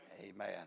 Amen